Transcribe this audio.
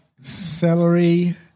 celery